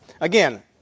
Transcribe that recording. Again